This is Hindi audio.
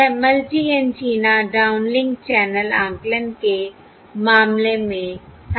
यह मल्टी एंटीना डाउनलिंक चैनल आकलन के मामले में था